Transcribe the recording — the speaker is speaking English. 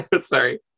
sorry